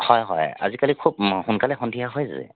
হয় হয় আজিকালি খুব সোনকালে সন্ধিয়া হয় যায়